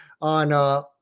on